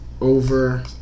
over